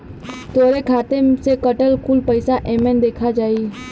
तोहरे खाते से कटल कुल पइसा एमन देखा जाई